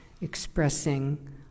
expressing